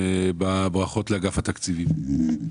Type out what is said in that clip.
בברכות לאגף התקציבים.